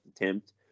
attempt